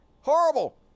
Horrible